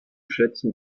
schätzten